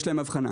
יש להם הבחנה.